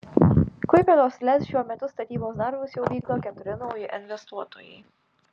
klaipėdos lez šiuo metu statybos darbus jau vykdo keturi nauji investuotojai